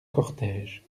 cortège